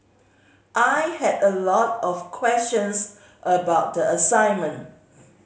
I had a lot of questions about the assignment